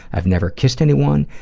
i've never kissed anyone,